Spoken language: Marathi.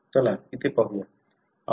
चला इथे पाहूया